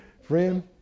Friend